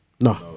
No